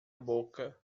boca